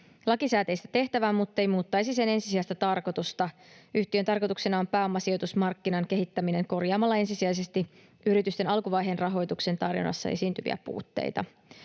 lakisääteistä tehtävää muttei muuttaisi sen ensisijaista tarkoitusta. Yhtiön tarkoituksena on pääomasijoitusmarkkinan kehittäminen korjaamalla ensisijaisesti yritysten alkuvaiheen rahoituksen tarjonnassa esiintyviä puutteita.